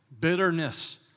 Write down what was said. bitterness